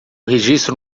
registro